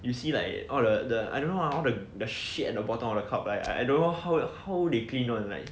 you see like all the the I don't know lah all the the shit at the bottom of the cup I I don't know how ah how they clean [one] like